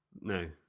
no